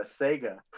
Sega